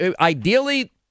ideally